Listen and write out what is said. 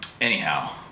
Anyhow